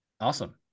Awesome